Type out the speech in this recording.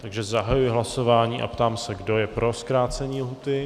Takže zahajuji hlasování a ptám se, do je pro zkrácení lhůty.